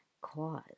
cause